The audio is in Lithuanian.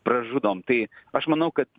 pražudom tai aš manau kad